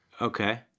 Okay